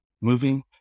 Moving